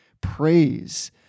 praise